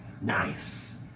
Nice